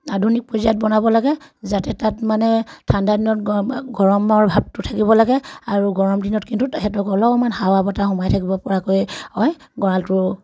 আধুনিক পৰ্যায়ত বনাব লাগে যাতে তাত মানে ঠাণ্ডা দিনত গৰমৰ ভাৱটো থাকিব লাগে আৰু গৰম দিনত কিন্তু তাহাঁতক অলপমান হাৱা বতাহ সোমাই থাকিব পৰাকৈ হয় গঁৰালটো